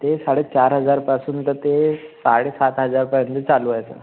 ते साडेचार हजारपासून तर ते साडेसात हजारपर्यंत चालू आहेत